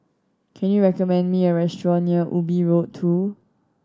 can you recommend me a restaurant near Ubi Road Two